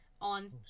on